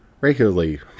regularly